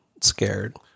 scared